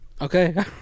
Okay